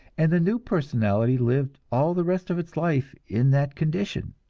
and the new personality lived all the rest of its life in that condition.